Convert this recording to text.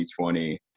2020